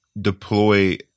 deploy